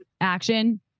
Action